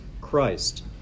Christ